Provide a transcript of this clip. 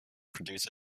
produce